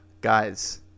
Guys